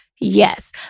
yes